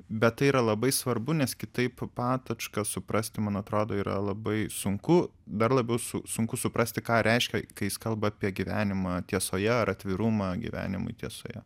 bet tai yra labai svarbu nes kitaip patočką suprasti man atrodo yra labai sunku dar labiau sunku suprasti ką reiškia kai jis kalba apie gyvenimą tiesoje ar atvirumą gyvenimui tiesoje